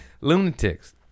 Lunatics